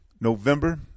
November